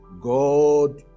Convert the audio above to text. God